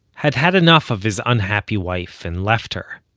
had had enough of his unhappy wife, and left her.